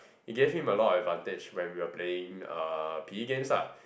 it gave him a lot of advantage when we are playing uh P_E games lah